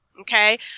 okay